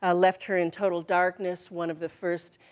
ah left her in total darkness, one of the first,